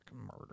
murder